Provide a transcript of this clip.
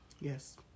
Yes